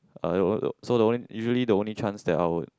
uh so the only usually the only chance that I would